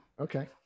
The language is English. Okay